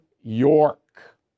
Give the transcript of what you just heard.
York